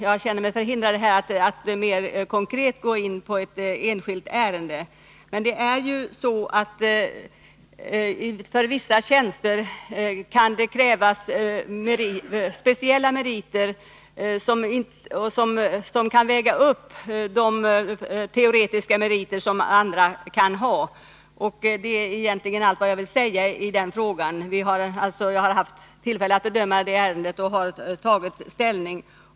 Jag känner mig här förhindrad att mer konkret gå in på ett enskilt ärende. Men det är så att det för vissa tjänster kan krävas speciella meriter, som väger upp de teoretiska meriter som andra kan ha. Det är egentligen allt jag vill säga i den frågan. Jag har haft tillfälle att bedöma ärendet och har tagit ställning.